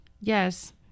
Yes